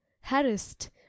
harassed